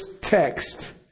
text